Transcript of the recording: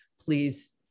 please